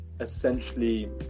essentially